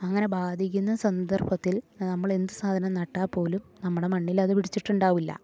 അങ്ങനെ ബാധിക്കുന്ന സന്ദർഭത്തിൽ നമ്മളെന്തു സാധനം നട്ടാൽ പോലും നമ്മുടെ മണ്ണിലത് പിടിച്ചിട്ടുണ്ടാകില്ല